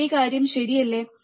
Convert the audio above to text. അതേ കാര്യം ശരിയല്ലേ